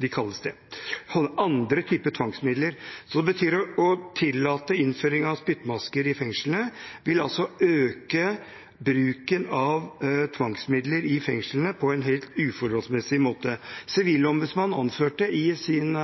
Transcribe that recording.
de kalles det – eller andre typer tvangsmidler. Det betyr at å tillate innføring av spyttmasker i fengslene vil øke bruken av tvangsmidler på en helt uforholdsmessig måte. Sivilombudsmannen anførte i sin